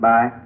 Bye